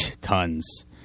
Tons